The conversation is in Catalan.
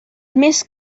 més